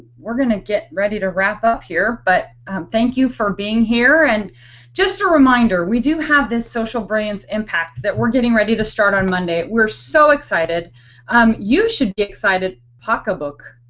we're going to get ready to wrap up here. but thank you for being here and just a reminder we do have this social brilliance impact! that we're getting ready to start on monday. we're so excited um you should be excited. pacabook.